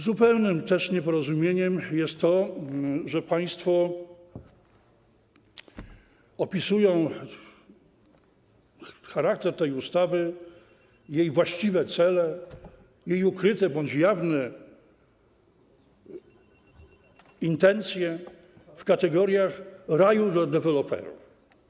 Zupełnym nieporozumieniem jest to, że państwo opisują charakter tej ustawy, jej właściwe cele, jej ukryte bądź jawne intencje w kategoriach raju dla deweloperów.